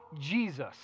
Jesus